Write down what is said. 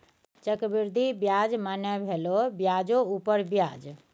चक्रवृद्धि ब्याज मने भेलो ब्याजो उपर ब्याज